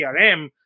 CRM